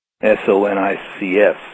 S-O-N-I-C-S